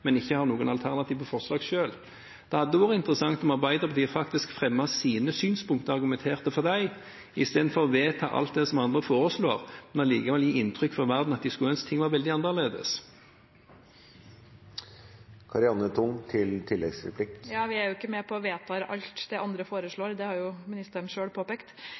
men ikke har noen alternative forslag selv. Det hadde vært interessant om Arbeiderpartiet faktisk fremmet sine synspunkter og argumenterte for dem i stedet for å vedta alt det som andre foreslår, men likevel gi inntrykk for verden at de skulle ønske ting var veldig annerledes. Ja, vi er jo ikke med på å vedta alt det andre foreslår, det har ministeren selv påpekt.